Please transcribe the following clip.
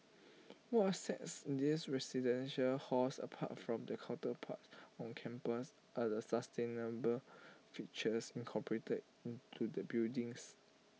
what A sets these residential halls apart from their counterparts on campus are the sustainable features incorporated into the buildings